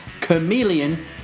Chameleon